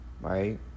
right